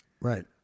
right